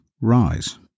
rise